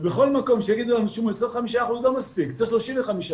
ובכל מקום שיגידו לנו ש-25% לא מספיק וצריך 35%,